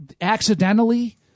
accidentally